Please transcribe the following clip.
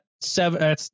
seven